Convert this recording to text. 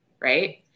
right